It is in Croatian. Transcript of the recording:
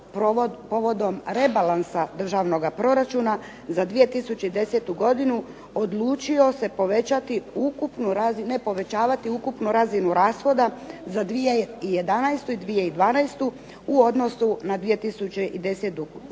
povodom rebalansa Državnoga proračuna za 2010. godinu odlučio se povećati ukupnu razinu, ne povećavati ukupnu razinu rashoda za 2011. i 2012. u odnosu na 2010. godinu